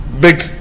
big